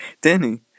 Danny